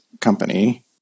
company